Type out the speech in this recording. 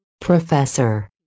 Professor